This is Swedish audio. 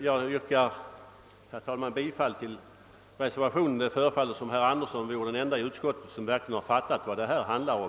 Jag yrkar, herr talman, bifall till reservationen — det förefaller som om herr Andersson i Örebro vore den ende i utskottet som verkligen har fattat vad saken handlar om.